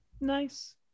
Nice